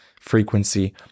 frequency